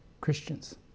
Christians